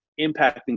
impacting